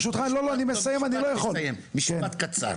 ברשותך, עוד משפט קצר.